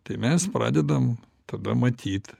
tai mes pradedam tada matyt